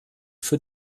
für